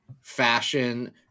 fashion